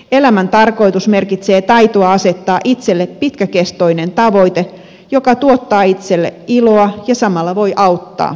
elämän tarkoitus merkitsee taitoa asettaa itselle pitkäkestoinen tavoite joka tuottaa itselle iloa ja samalla voi auttaa toista